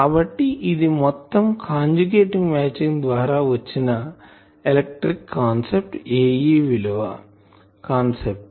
కాబట్టి ఇది మొత్తం కంజుగేట్ మ్యాచింగ్ ద్వారా వచ్చిన ఎలక్ట్రికల్ కాన్సెప్ట్